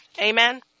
Amen